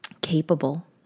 capable